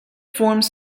forms